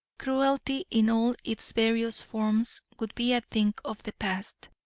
cruelty in all its various forms would be a thing of the past.